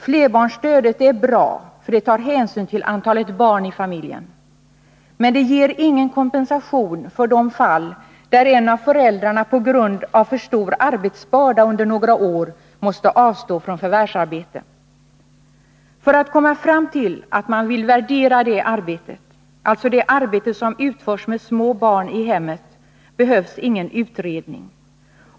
Flerbarnsstödet är bra, för det tar hänsyn till antalet barn i familjen. Men det ger ingen kompensation för de fall där en av föräldrarna på grund av för stor arbetsbörda under några år måste avstå från förvärvsarbete. För att komma fram till att man vill värdera detta arbete, alltså det arbete som utförs med små barn i hemmet, behövs ingen utredning.